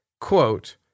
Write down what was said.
quote